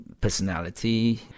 personality